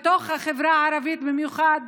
ובתוך החברה הערבית במיוחד,